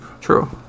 True